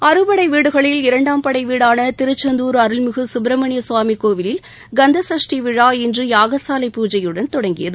அறுபடை வீடுகளில் இரண்டாம் படை வீடான திருச்செந்தூர் அருள்மிகு சுப்ரமணியசுவாமி கோவிலில் கந்த சஷ்டி விழா இன்று யாகசாலை பூஜையுடன் தொடங்கியது